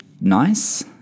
Nice